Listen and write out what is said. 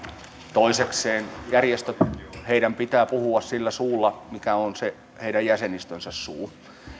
toisekseen järjestöjen pitää puhua sillä suulla mikä on se heidän jäsenistönsä suu